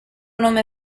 nome